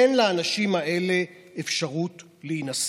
אין לאנשים האלה אפשרות להינשא.